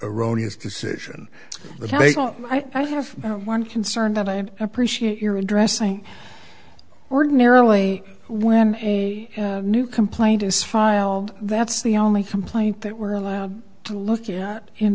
erroneous decision but they don't i have one concern that i'd appreciate your addressing ordinarily when a new complaint is filed that's the only complaint that we're allowed to look at in